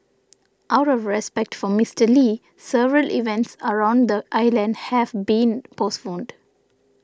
out of respect for Mister Lee several events around the island have been postponed